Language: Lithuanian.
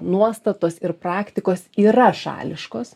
nuostatos ir praktikos yra šališkos